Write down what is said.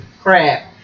crap